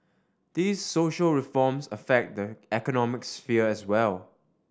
these social reforms affect the economic sphere as well